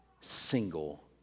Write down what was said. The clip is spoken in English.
single